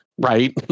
right